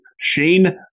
Shane